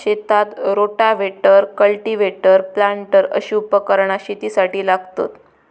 शेतात rotavator, cultivator, planter अशी उपकरणा शेतीसाठी लागतत